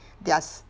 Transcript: their